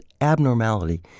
abnormality